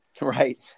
Right